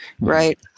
right